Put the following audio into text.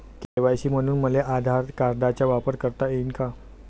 KYC म्हनून मले आधार कार्डाचा वापर करता येईन का?